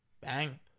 Bang